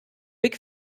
big